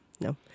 No